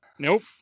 Nope